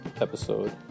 episode